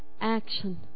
action